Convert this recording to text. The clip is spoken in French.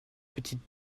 petites